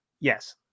Yes